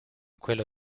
quello